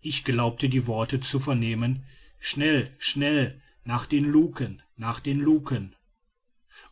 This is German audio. ich glaubte die worte zu vernehmen schnell schnell nach den luken nach den luken